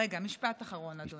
רגע, משפט אחרון, אדוני.